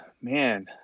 man